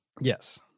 Yes